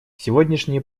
сегодняшние